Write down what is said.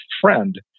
friend